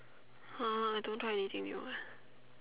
!huh! I don't try anything new eh